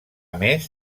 més